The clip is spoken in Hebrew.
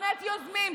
שונאת יוזמים.